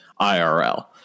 IRL